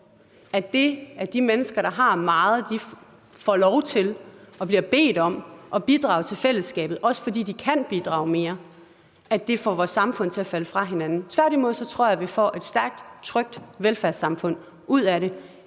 at de mennesker, der har meget og også kan bidrage mere, får lov til og bliver bedt om at bidrage til fællesskabet, får vores samfund til at falde fra hinanden. Tværtimod tror jeg, at vi får et stærkt og trygt velfærdssamfund ud af det,